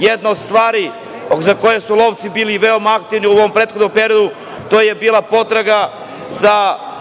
Jedna od stvari za koje su lovci bili veoma aktivni u ovom prethodnom periodu, to je bila potraga za